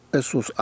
esos